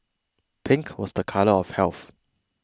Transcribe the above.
pink was a colour of health